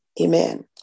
Amen